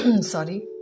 Sorry